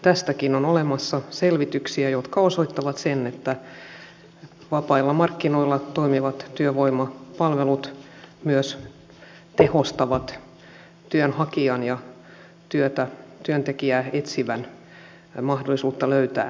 tästäkin on olemassa selvityksiä jotka osoittavat sen että vapailla markkinoilla toimivat työvoimapalvelut myös tehostavat työnhakijan ja työntekijää etsivän mahdollisuutta löytää toisensa